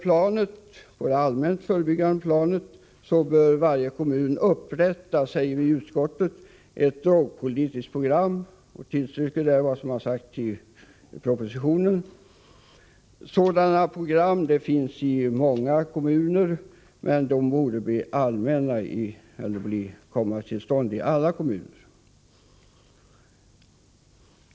På det allmänt förebyggande planet bör varje kommun upprätta ett drogpolitiskt program, säger utskottet och tillstyrker därmed vad som sagts i propositionen. Många kommuner har sådana program, men de borde finnas i alla kommuner.